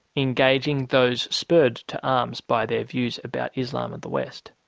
engaging those spurred to arms by their views about islam and the west,